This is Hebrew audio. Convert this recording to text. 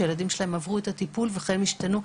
שהילדים שלהם עברו את הטיפול וחייהם השתנו.